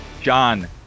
John